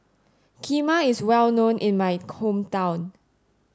Kheema is well known in my hometown